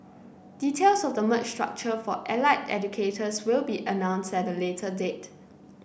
details of the merged structure for allied educators will be announced at a later date